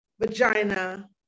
vagina